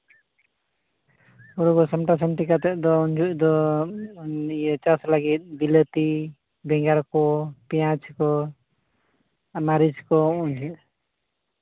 ᱦᱩᱲᱩ ᱠᱚ ᱥᱟᱢᱴᱟ ᱥᱟᱹᱢᱴᱤ ᱠᱟᱛᱮᱫ ᱫᱚ ᱩᱱ ᱡᱚᱦᱚᱜ ᱫᱚ ᱪᱟᱥ ᱞᱟᱹᱜᱤᱫ ᱵᱤᱞᱟᱹᱛᱤ ᱵᱮᱸᱜᱟᱲ ᱠᱚ ᱯᱮᱸᱭᱟᱡᱽ ᱠᱚ ᱟᱨ ᱢᱟᱹᱨᱤᱪ ᱠᱚ ᱩᱱ ᱦᱩᱭᱩᱜᱼᱟ